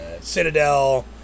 Citadel